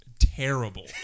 terrible